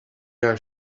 are